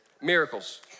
Miracles